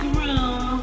room